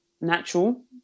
natural